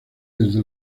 desde